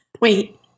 Wait